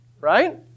right